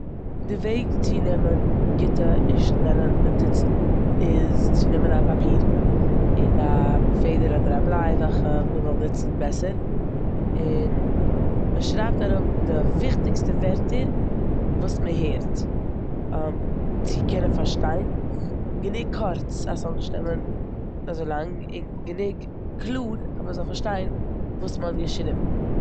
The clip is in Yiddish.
די וועג צו נעמען גוטע און שנעלע נאטיצן איז צו נעמען א פאפיר און א פעדער אדער א בליי, וועלכע מ'וויל נוצן בעסער און מ'שרייבט אראפ די וויכטיגסטע ווערטער וואס מ'הערט צו קענען פארשטיין. גענוג קורץ אז ס'זאל נישט נעמען אזוי לאנג און גענוג קלאר אז מ'זאל פארשטיין וואס מ'האט געשריבן.